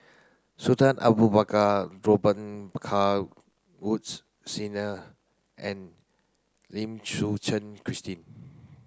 Sultan Abu Bakar Robet Carr Woods Senior and Lim Suchen Christine